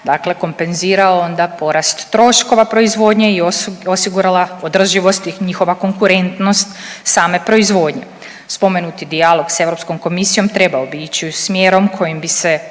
kompenzirao onda porast troškova proizvodnje i osigurala održivost i njihova konkurentnost same proizvodnje. Spomenuti dijalog s Europskom komisijom trebao bi ići smjerom kojim bi se